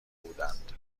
بودند